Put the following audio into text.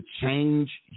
change